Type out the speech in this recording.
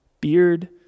beard